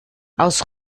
aus